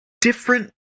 different